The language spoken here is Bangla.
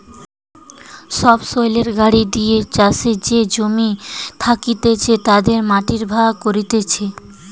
সবসৈলের গাড়ি দিয়ে চাষের যে জমি থাকতিছে তাতে মাটি ভাগ করতিছে